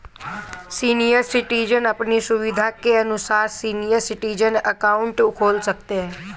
senior citizen अपनी सुविधा के अनुसार सीनियर सिटीजन अकाउंट खोल सकते है